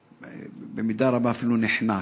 במידה רבה אפילו נחנק,